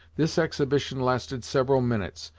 this exhibition lasted several minutes,